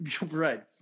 right